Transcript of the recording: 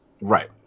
Right